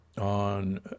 on